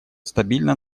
стабильно